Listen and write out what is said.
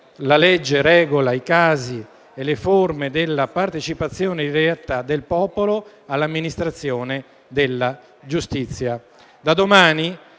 «La legge regola i casi e le forme della partecipazione diretta del popolo all'amministrazione della giustizia».